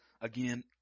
Again